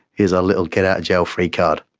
here's our little get-out-of-jail-free card.